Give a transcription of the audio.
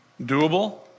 Doable